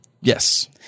Yes